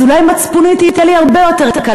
אז אולי מצפונית יהיה לי הרבה יותר קל,